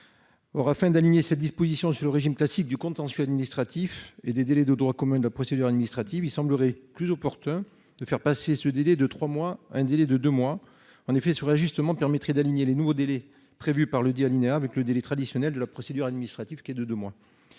or afin d'aligner cette disposition sur le régime classique du contentieux administratif et des délais de droit commun de la procédure administrative, il semblerait plus opportun de faire passer ce délai de 3 mois, un délai de 2 mois en effet, sur l'ajustement permettrait d'aligner les nouveaux délais prévus par le dit alinéa avec le délit traditionnel de la procédure administrative qui est de de mois